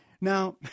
Now